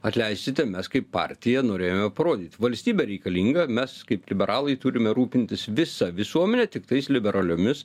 atleisite mes kaip partija norėjome parodyt valstybė reikalinga mes kaip liberalai turime rūpintis visa visuomene tiktais liberaliomis